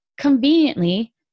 conveniently